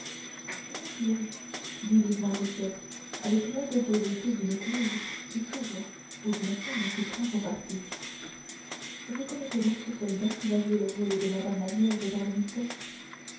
dit vivement gisquette avec l'impétuosité d'une écluse qui s'ouvre ou d'une femme qui prend son parti vous connaissez donc ce soldat qui va jouer le rôle de madame la vierge dans le mystère